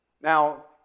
Now